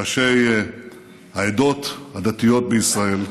ראשי העדות הדתיות בישראל,